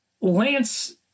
Lance